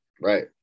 right